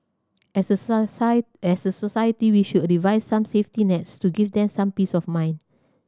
as a as a society we should devise some safety nets to give them some peace of mind